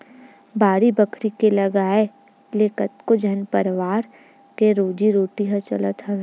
बाड़ी बखरी के लगाए ले कतको झन परवार के रोजी रोटी ह चलत हवय